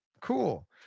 Cool